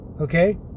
okay